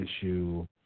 issue